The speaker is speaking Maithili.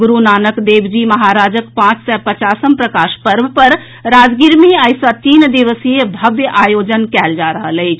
गुरू नानक देव जी महाराजक पांच सय पचासम प्रकाश पर्व पर राजगीर मे आई सँ तीन दिवसीय भव्य आयोजन कयल जा रहल अछि